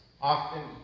often